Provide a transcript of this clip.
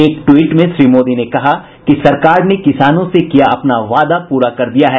एक ट्वीट में श्री मोदी ने कहा कि सरकार ने किसानों से किया अपना वादा पूरा कर दिया है